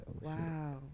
Wow